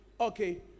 okay